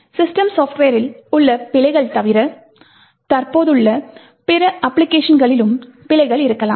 system சாப்ட்வேரில் உள்ள பிழைகள் தவிர தற்போதுள்ள பிற அப்ளிகேஷன்களிலும் பிழைகள் இருக்கலாம்